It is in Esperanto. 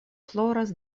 floras